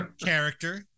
Character